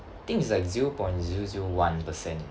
think it's like zero point zero zero one per cent